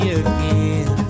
again